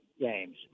games